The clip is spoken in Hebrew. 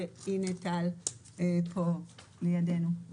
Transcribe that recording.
הינה טל פה לידינו.